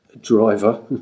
driver